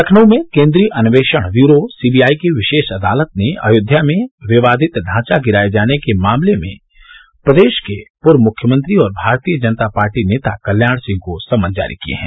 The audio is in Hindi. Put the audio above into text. लखनऊ में केन्द्रीय अन्वेषण ब्यूरो सीबीआई की विशेष अदालत ने अयोध्या में विवादित ढांचा गिराये जाने के मामले में प्रदेश के पूर्व मुख्यमंत्री और भारतीय जनता पार्टी नेता केल्याण सिंह को समन जारी किए हैं